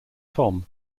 tom